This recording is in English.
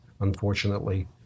unfortunately